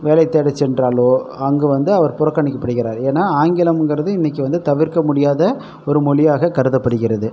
வேலை தேட சென்றாலோ அங்கு வந்து அவர் புறக்கணிக்கப்படுகிறார் ஏன்னா ஆங்கிலம்ங்கிறது இன்றைக்கு வந்து தவிர்க்க முடியாத ஒரு மொழியாக கருதப்படுகிறது